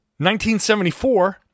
1974